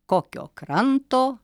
kokio kranto